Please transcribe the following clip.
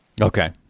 Okay